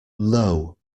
low